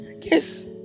Yes